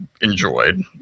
enjoyed